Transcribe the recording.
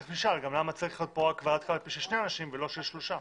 תכף נשאל למה צריך כאן ועדה של שני אנשים ולא של שלושה.